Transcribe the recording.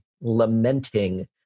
lamenting